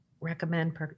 recommend